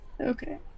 Okay